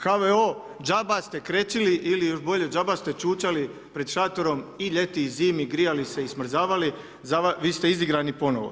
HVO džaba ste krečili ili još bolje džaba ste čučali pred šatorom i ljeti i zimi, grijali se i smrzavali, vi ste izigrani ponovno.